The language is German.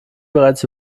bereits